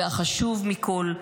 והחשוב מכול: